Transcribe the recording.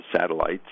satellites